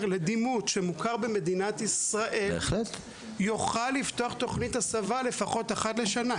לדימות שמוכר במדינת ישראל יוכל לפתוח תכנית הסבה לפחות אחת לשנה.